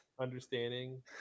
understanding